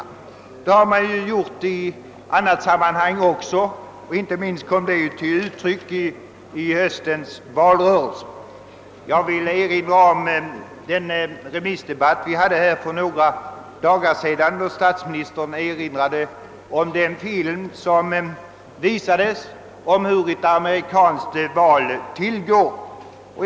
Det har man ju gjort i annat sammanhang också, inte minst kom det till uttryck i höstens valrörelse. Jag vill erinra om den remissdebatt vi hade här för några dagar sedan, då statsministern erinrade om den film som visade hur ett amerikanskt val tillgår.